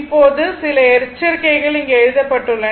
இப்போது சில எச்சரிக்கைகள் இங்கே எழுதப்பட்டுள்ளன